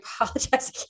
apologize